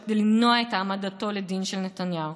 כדי למנוע את העמדתו לדין של נתניהו.